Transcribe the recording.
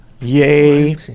Yay